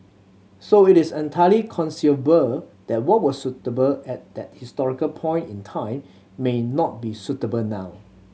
so it is entirely conceivable that what was suitable at that historical point in time may not be suitable now